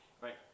right